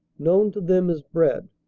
known to them as bread.